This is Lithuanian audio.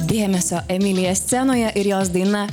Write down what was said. dėmesio emilija scenoje ir jos daina